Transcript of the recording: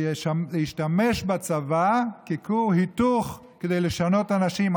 להשתמש בצבא ככור היתוך כדי לשנות אנשים,